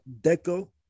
Deco